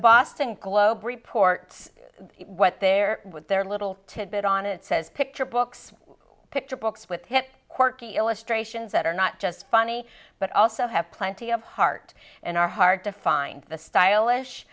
boston globe report what they're with their little tidbit on it says picture books picture books with him quirky illustrations that are not just funny but also have plenty of heart and are hard to find the stylish